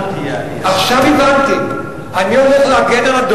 עמיתי חברי הכנסת,